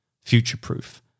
future-proof